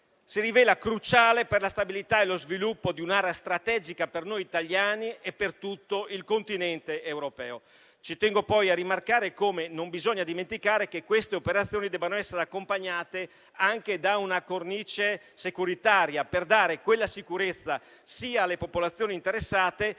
si rivela cruciale per la stabilità e lo sviluppo di un'area strategica per noi italiani e per tutto il Continente europeo. Ci tengo poi a rimarcare come non si debba dimenticare che queste operazioni devono essere accompagnate anche da una cornice securitaria, per dare sicurezza sia alle popolazioni interessate,